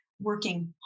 working